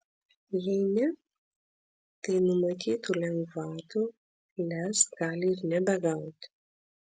jei ne tai numatytų lengvatų lez gali ir nebegauti